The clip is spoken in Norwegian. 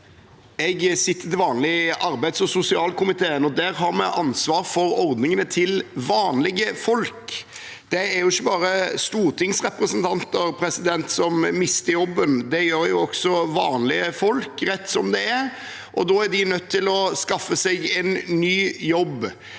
Jeg sitter til van- lig i arbeids- og sosialkomiteen. Der har vi ansvar for ordningene til vanlige folk. Det er ikke bare stortingsrepresentanter som mister jobben – det gjør også vanlige folk rett som det er. Da er de nødt til å skaffe seg en ny jobb.